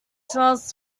smells